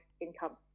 income